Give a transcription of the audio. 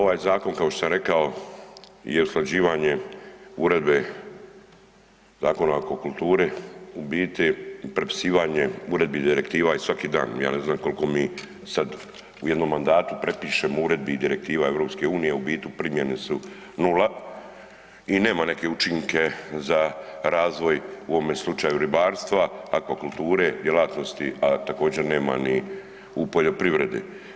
Ovaj zakon kao što sam rekao je usklađivanje uredbe Zakona o akvakulturi u biti prepisivanje uredbi i direktiva i svaki dan, ja ne znam koliko mi sad u jednom mandatu prepišemo uredbi i direktiva EU, a u biti primjene su nula i nema neke učinke za razvoj u ovome slučaju ribarstva, akvakulture djelatnosti, a također nema ni u poljoprivredi.